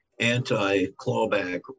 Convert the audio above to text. anti-clawback